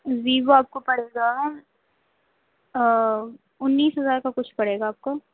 Vivo آپ کو پڑے گا انّیس ہزار کا کچھ پڑے گا آپ کو